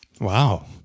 Wow